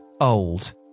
Old